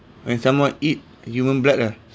when someone eat human blood lah